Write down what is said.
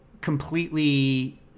Completely